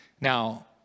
Now